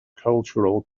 cultural